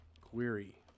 query